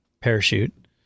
parachute